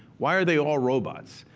why are they all robots?